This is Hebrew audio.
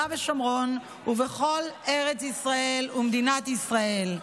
ושומרון ובכל ארץ ישראל ומדינת ישראל.